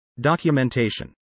Documentation